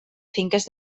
finques